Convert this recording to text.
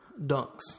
dunks